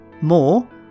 More